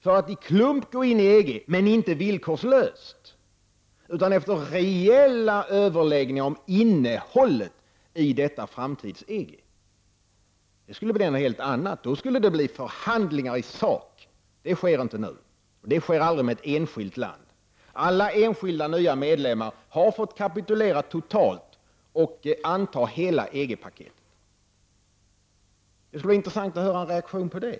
Då kan man i klump gå in i EG, inte villkorslöst utan efter reella överläggningar om innehållet i framtids-EG. Då skulle det blir förhandlingar i sak. Det sker inte nu. Det sker aldrig med ett enskilt land. Alla enskilda nya medlemmar har fått kapitulera totalt och anta hela EG-paketet. Det skulle vara intressant att höra en reaktion på detta.